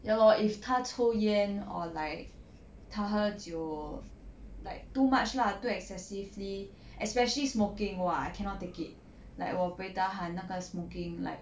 ya lor if 他抽烟 or like 他喝酒 like too much lah too excessively especially smoking !wah! I cannot take it like 我 buay tahan 那个 smoking like